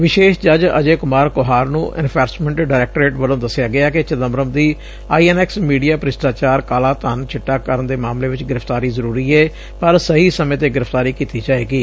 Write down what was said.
ਵਿਸ਼ੇਸ਼ ਜੱਜ ਅਜੇ ਕੁਮਾਰ ਕੁਹਾਰ ਨੂੰ ਐਨਫੋਰਸਮੈਂਟ ਡਾਇਰੈਕਟੋਰੇਟ ਵੱਲੋਂ ਦਸਿਆ ਗਿਆ ਕਿ ਚਿਦੰਬਰਮ ਦੀ ਆਈ ਐਨ ਐਕਸ ਮੀਡੀਆ ਭ੍ਸਿਸਟਾਚਾਰ ਕਾਲਾ ਧਨ ਚਿਟਾ ਕਰਨ ਦੇ ਮਾਮਲੇ ਵਿਚ ਗ੍ਰਿਫ਼ਤਾਰੀ ਜ਼ਰੁਰੀ ਏ ਪਰ ਸਹੀ ਸਮੇਂ ਤੇ ਗ੍ਰਿਫ਼ਤਾਰੀ ਕੀਤੀ ਜਾਏਗੀ